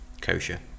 kosher